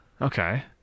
Okay